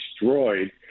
destroyed